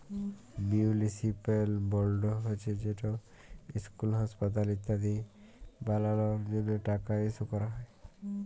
municipal board হছে যেট school, হাঁসপাতাল ইত্যাদি বালালর জ্যনহে টাকা ইস্যু ক্যরা হ্যয়